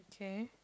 okay